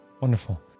wonderful